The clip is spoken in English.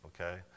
okay